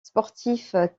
sportif